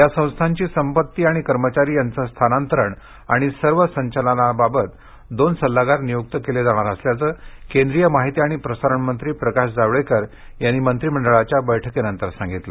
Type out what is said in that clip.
या संस्थांची संपत्ती आणि कर्मचारी यांचे स्थानांतरण आणि सर्व संचालनाबाबत दोन सल्लागार नियुक्त केले जाणार असल्याचे केंद्रीय माहिती आणि प्रसारण मंत्री प्रकाश जावडेकर यांनी मंत्रीमंडळाच्या बैठकीनंतर सांगितले